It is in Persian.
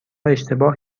اشتباه